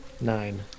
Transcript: Nine